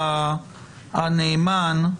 החליט הנאמן כי